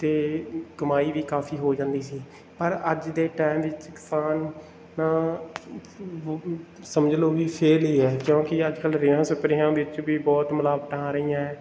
ਅਤੇ ਕਮਾਈ ਵੀ ਕਾਫੀ ਹੋ ਜਾਂਦੀ ਸੀ ਪਰ ਅੱਜ ਦੇ ਟਾਈਮ ਵਿੱਚ ਕਿਸਾਨ ਨਾ ਸਮਝ ਲਓ ਵੀ ਫੇਲ ਹੀ ਹੈ ਕਿਉਂਕਿ ਅੱਜ ਕੱਲ ਰੇਹਾਂ ਸਪਰੇਆਂ ਵਿੱਚ ਵੀ ਬਹੁਤ ਮਿਲਾਵਟਾਂ ਆ ਰਹੀਆਂ